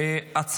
(מועד תשלום דמי לידה),